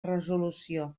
resolució